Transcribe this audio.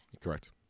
Correct